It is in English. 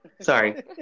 Sorry